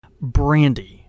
Brandy